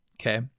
Okay